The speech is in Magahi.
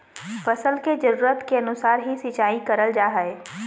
फसल के जरुरत के अनुसार ही सिंचाई करल जा हय